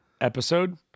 episode